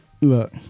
Look